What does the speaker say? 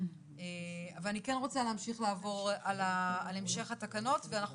אבל אני כן רוצה להמשיך לעבור על המשך התקנות ואנחנו